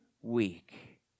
week